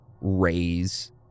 raise